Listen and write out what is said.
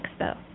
Expo